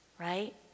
right